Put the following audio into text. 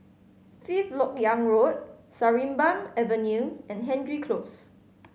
Fifth Lok Yang Road Sarimbun Avenue and Hendry Close